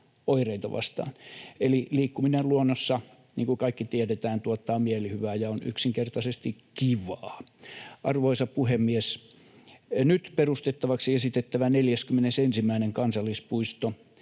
oireita vastaan. Eli liikkuminen luonnossa, niin kuin kaikki tiedetään, tuottaa mielihyvää ja on yksinkertaisesti kivaa. Arvoisa puhemies! Nyt perustettavaksi esitettävä 41. kansallispuisto,